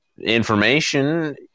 information